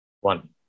one